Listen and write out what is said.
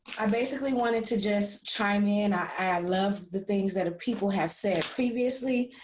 i basically wanted to just chime in. i love the things that people have said previously,